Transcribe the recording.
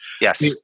yes